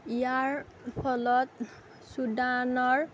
ইয়াৰ ফলত চুডানৰ